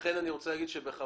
לכן אני רוצה לומר שבכוונתי